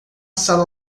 sala